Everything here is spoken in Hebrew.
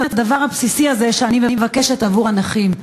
הדבר הבסיסי הזה שאני מבקשת עבור הנכים.